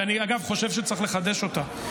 ואגב, אני חושב שצריך לחדש אותה.